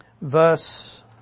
Verse